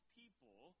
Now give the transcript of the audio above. people